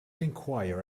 enquire